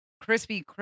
crispy